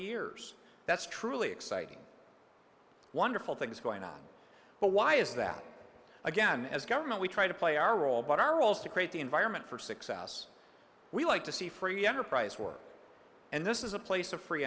years that's truly exciting wonderful things going on but why is that again as government we try to play our role but our role is to create the environment for success we like to see free enterprise work and this is a place of free